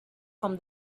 from